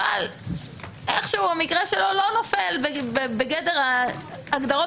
אבל איכשהו המקרה שלו לא נופל בגדר ההגדרות